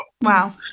Wow